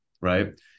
right